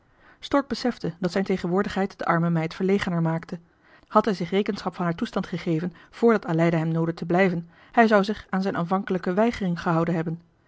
stork besefte dat zijn tegenwoordigheid de arme meid verlegener maakte had hij zich rekenschap van haar toestand gegeven vrdat aleida hem noodde te blijven hij zou zich aan zijn aanvankelijke weigering gehouden hebben